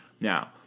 Now